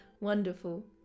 Wonderful